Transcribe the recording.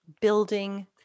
Building